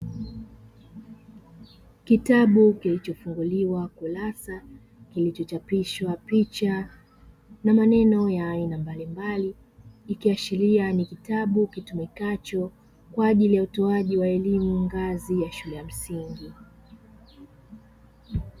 Kitabu kilichofunguliwa kurasa kilichochapishwa picha na maneno ya aina mbalimbali, ikiashiria ni kitabu kitumikacho kwa ajiki ya utoaji wa elimu ngazi ya shule ya msingi.